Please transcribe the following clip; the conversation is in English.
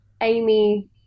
Amy